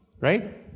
right